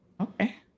Okay